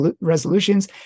resolutions